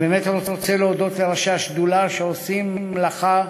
אני באמת רוצה להודות לראשי השדולה, שעושים מלאכה